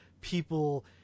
people